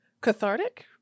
cathartic